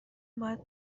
باید